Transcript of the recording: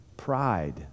pride